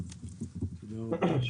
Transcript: עידו נתן, בבקשה.